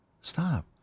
stop